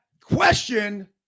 question